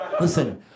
Listen